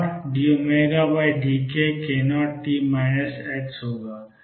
k0t x होगा